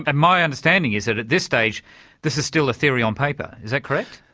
and my understanding is that at this stage this is still a theory on paper, is that correct?